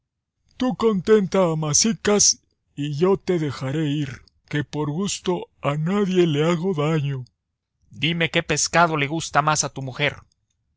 tú contenta a masicas y yo te dejaré ir que por gusto a nadie le hago daño dime qué pescado le gusta más a tu mujer